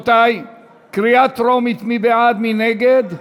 בעד, 48,